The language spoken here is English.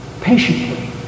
patiently